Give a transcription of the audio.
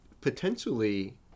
potentially